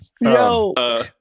Yo